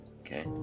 Okay